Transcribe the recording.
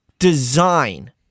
Design